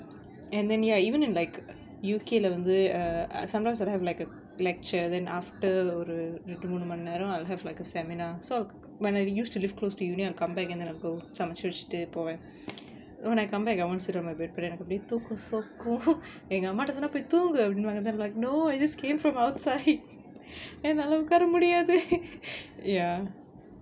and then ya even in like U_K lah வந்து:vanthu err sometimes I'll have like a lecture then after ஒரு ரெண்டு மூணு மணி நேரம்:oru rendu moonu mani neram I'll have like a seminar so when I used to live close to uni I'll come back and then I'll go சமச்சு வெச்சுட்டு போவேன்:samachu vechuttu povaen when I come back I won't sit on my bed பின்ன எனக்கு அப்டி தூக்கம் சொக்கும் எங்க அம்மாட்ட சொன்னா போய் தூங்கு அப்டினு வாங்க:pinna enakku apdi thookam sokkum enga ammaatta sonnaa poi thoongu apdinu vaanga then I'm like no I just came from outside என்னால உக்கார முடியாது:ennaala ukkaara mudiyathu ya